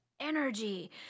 energy